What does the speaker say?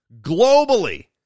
globally